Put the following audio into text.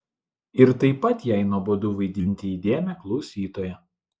ir taip pat jai nuobodu vaidinti įdėmią klausytoją